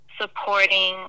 supporting